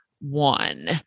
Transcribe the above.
one